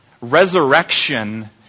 Resurrection